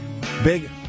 Big